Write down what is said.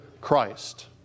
Christ